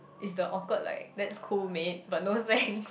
it's the awkward like that's cool mate but no thanks